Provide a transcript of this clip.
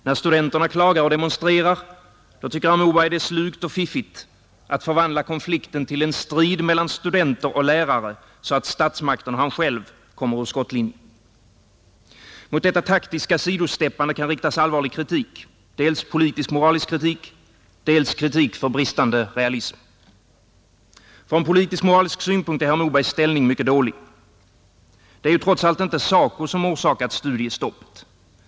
När studenterna klagar och demonstrerar tycker herr Moberg det är slugt och fiffigt att förvandla konflikten till en strid mellan studenter och lärare, så att statsmakten och han själv kommer ur skottlinjen. Mot detta taktiska sidsteppande kan riktas allvarlig kritik — dels politisk-moralisk kritik, dels kritik för bristande realism. Från politisk-moralisk synpunkt är herr Mobergs ställning mycket dålig. Det är ju trots allt inte SACO som orsakat studiestoppet.